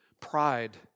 pride